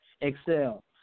excel